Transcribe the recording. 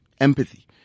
empathy